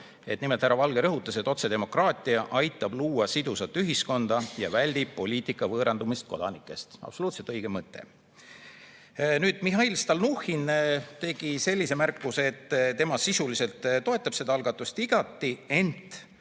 Nimelt, härra Valge rõhutas, et otsedemokraatia aitab luua sidusat ühiskonda ja väldib poliitika võõrandumist kodanikest. Absoluutselt õige mõte. Mihhail Stalnuhhin tegi sellise märkuse, et tema sisuliselt toetab seda algatust igati, ent